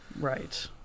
right